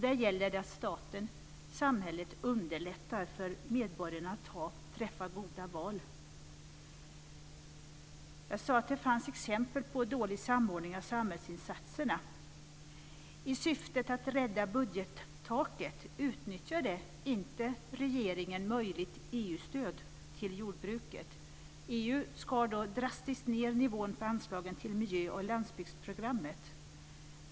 Där gäller det att staten och samhället underlättar för medborgarna att träffa goda val. Jag sade att det finns exempel på dålig samordning av samhällsinsatserna. I syfte att rädda budgettaket utnyttjade inte regeringen möjligt EU-stöd till jordbruket. EU skar då drastiskt ned nivån på anslagen till miljö och landsbygdsprogrammet.